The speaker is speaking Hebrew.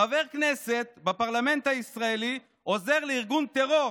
חבר כנסת בפרלמנט הישראלי עוזר לארגון טרור